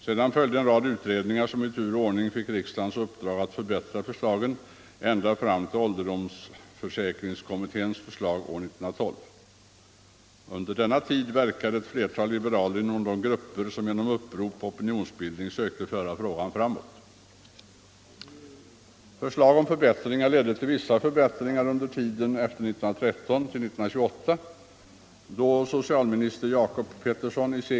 Sedan följde en rad utredningar, som i tur och ordning fick riksdagens uppdrag att förbättra förslagen, ända fram till ålderdomsförsäkringskommitténs förslag år 1912. Under denna tid verkade ett flertal liberaler inom de grupper som genom upprop och opinionsbildning sökte föra frågan framåt. Förbättringsförslag efter 1913 ledde till vissa positiva resultat under tiden fram till 1928, då socialminister Jacob Pettersson i C.